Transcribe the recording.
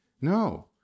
No